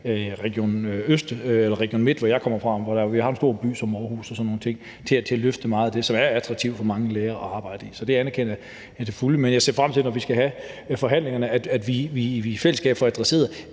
Region Midtjylland, hvor jeg kommer fra, og hvor vi har en stor by som Aarhus og sådan nogle ting til at løfte meget, og hvor det er attraktivt for mange læger at arbejde. Så det anerkender jeg til fulde, men jeg ser frem til, når vi skal have forhandlingerne, at vi i fællesskab får adresseret